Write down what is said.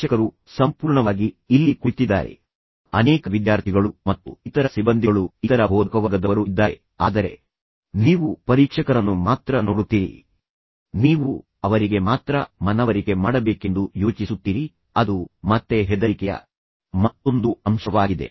ಪ್ರೇಕ್ಷಕರು ಸಂಪೂರ್ಣವಾಗಿ ಇಲ್ಲಿ ಕುಳಿತಿದ್ದಾರೆ ಅನೇಕ ವಿದ್ಯಾರ್ಥಿಗಳು ಮತ್ತು ಇತರ ಸಿಬ್ಬಂದಿಗಳು ಇತರ ಬೋಧಕವರ್ಗದವರು ಇದ್ದಾರೆ ಆದರೆ ನೀವು ಪರೀಕ್ಷಕರನ್ನು ಮಾತ್ರ ನೋಡುತ್ತೀರಿ ನೀವು ಅವರಿಗೆ ಮಾತ್ರ ಮನವರಿಕೆ ಮಾಡಬೇಕೆಂದು ಯೋಚಿಸುತ್ತೀರಿ ಅದು ಮತ್ತೆ ಹೆದರಿಕೆಯ ಮತ್ತೊಂದು ಅಂಶವಾಗಿದೆ